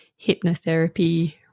hypnotherapy